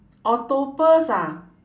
octopus ah